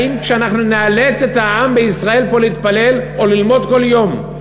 האם כשאנחנו נאלץ את העם בישראל פה להתפלל או ללמוד כל יום,